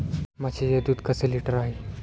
म्हशीचे दूध कसे लिटर आहे?